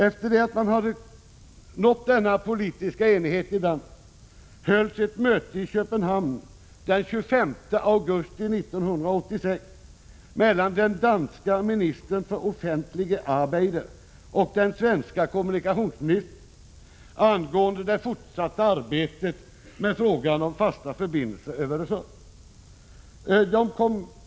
Efter det att man hade nått denna politiska enighet i Danmark hölls ett möte i Köpenhamn den 25 augusti 1986 mellan den danske ministern för offentlige arbeider och den svenske kommunikationsministern angående det fortsatta arbetet med frågan om fasta förbindelser över Öresund.